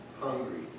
hungry